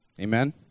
Amen